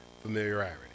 familiarity